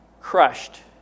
crushed